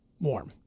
warm